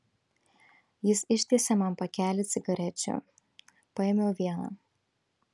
jis ištiesė man pakelį cigarečių paėmiau vieną